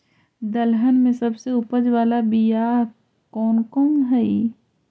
दलहन में सबसे उपज बाला बियाह कौन कौन हइ?